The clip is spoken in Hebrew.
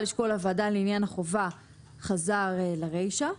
לשקול הוועדה לעניין החובה חזר לרישה.